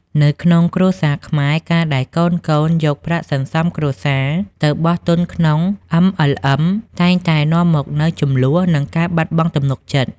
នៅក្នុងគ្រួសារខ្មែរ ការដែលកូនៗយកប្រាក់សន្សំគ្រួសារទៅបោះទុនក្នុង MLM តែងតែនាំមកនូវជម្លោះ និងការបាត់បង់ទំនុកចិត្ត។